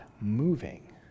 moving